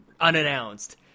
unannounced